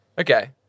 Okay